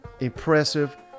impressive